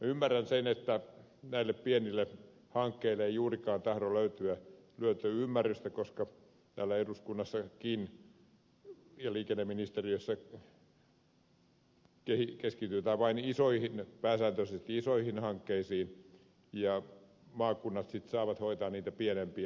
ymmärrän sen että näille pienille hankkeille ei juurikaan tahdo löytyä ymmärtämystä koska täällä eduskunnassakin ja liikenneministeriössä keskitytään pääsääntöisesti vain isoihin hankkeisiin ja maakunnat sitten saavat hoitaa niitä pienempiä